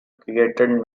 created